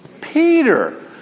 Peter